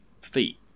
feet